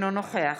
אינו נוכח